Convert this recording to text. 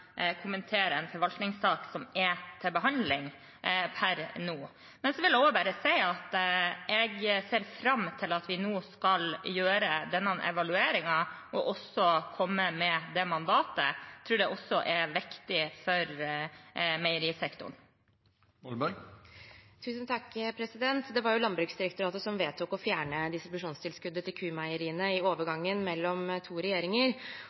kommentere en forvaltningssak som er til behandling per nå. Så vil jeg bare si at jeg ser fram til at vi nå skal gjøre denne evalueringen og komme med det mandatet – jeg tror det er viktig for meierisektoren. Det var Landbruksdirektoratet som vedtok å fjerne distribusjonstilskuddet til Q-meieriene i overgangen mellom to regjeringer.